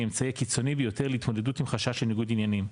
האמצעי הקיצוני ביותר להתמודדות עם חשש של ניגוד עניינים,